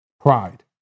Pride